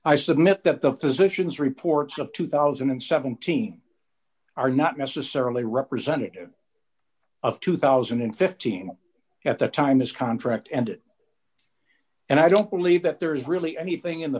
i submit that the physician's reports of two thousand and seventeen are not necessarily representative of two thousand and fifteen at the time his contract ended and i don't believe that there is really anyth